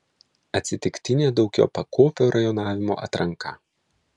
atsitiktinė daugiapakopio rajonavimo atranka